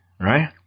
right